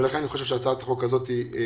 ולכן אני חושב שהצעת החוק הזאת חשובה.